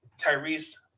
Tyrese